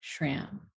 Shram